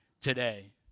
today